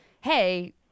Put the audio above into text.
hey